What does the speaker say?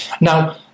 Now